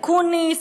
אקוניס,